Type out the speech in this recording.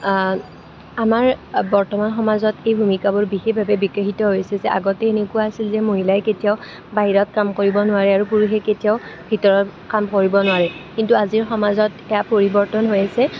আমাৰ বৰ্তমান সমাজত এই ভূমিকাবোৰ বিশেষভাৱে বিকশিত হৈছে যে আগতে এনেকুৱা আছিল যে মহিলাই কেতিয়াও বাহিৰত কাম কৰিব নোৱাৰে আৰু পুৰুষে কেতিয়াও ভিতৰত কাম কৰিব নোৱাৰে কিন্তু আজিৰ সমাজত এয়া পৰিৱৰ্তন হৈ আহিছে